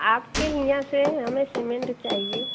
आपके यहाँ से हमें सीमेंट चाहिए